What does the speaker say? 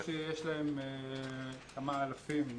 אני חושב שיש להם כמה אלפים,